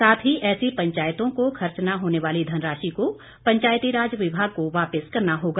साथ ही ऐसी पंचायतों को खर्च न होने वाली धनराशि को पंचायतीराज विभाग को वापिस करना होगा